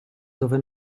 dove